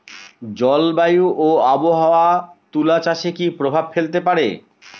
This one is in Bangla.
জলবায়ু ও আবহাওয়া তুলা চাষে কি প্রভাব ফেলতে পারে?